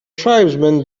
tribesmen